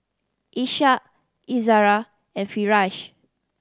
Ishak Izara and Firash